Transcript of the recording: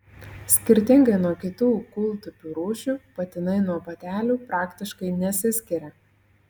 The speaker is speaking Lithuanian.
skirtingai nuo kitų kūltupių rūšių patinai nuo patelių praktiškai nesiskiria